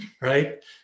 right